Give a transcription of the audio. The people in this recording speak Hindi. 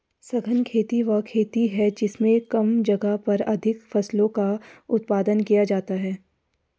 सघन खेती वह खेती है जिसमें कम जगह पर अधिक फसलों का उत्पादन किया जाता है